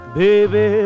baby